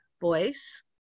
voice